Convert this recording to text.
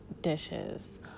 dishes